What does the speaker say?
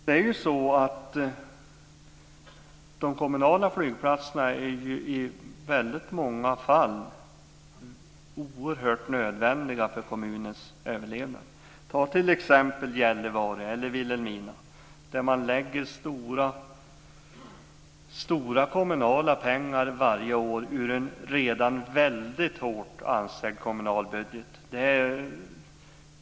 Men de kommunala flygplatserna är i många fall alldeles nödvändiga för kommunens överlevnad. Ta t.ex. Gällivare eller Vilhelmina där man avsätter stora kommunala pengar varje år ur en redan väldigt hårt ansträngd kommunal budget.